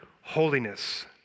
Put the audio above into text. Holiness